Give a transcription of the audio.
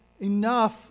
enough